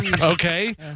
Okay